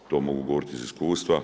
To mogu govoriti iz iskustva.